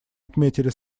отметили